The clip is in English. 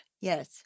yes